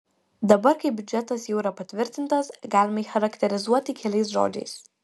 dabar kai biudžetas jau yra patvirtintas galima jį charakterizuoti keliais žodžiais